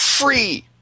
free